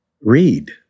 read